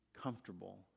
comfortable